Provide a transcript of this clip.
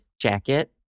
jacket